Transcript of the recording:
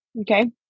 Okay